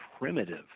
primitive